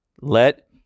Let